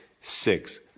six